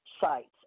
sites